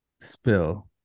Spill